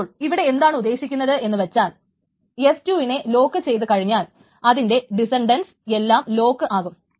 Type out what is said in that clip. അപ്പോൾ ഇവിടെ എന്താണ് ഉദ്ദേശിക്കുന്നത് എന്നു വച്ചാൽ f2 വിനെ ലോക്ക് ചെയ്തു കഴിഞ്ഞാൽ അതിന്റെ ഡിസന്റൻസ് എല്ലാം ലോക്ക് ആകും